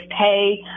pay